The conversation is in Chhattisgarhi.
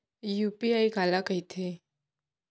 यू.पी.आई काला कहिथे?